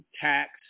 tax